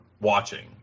watching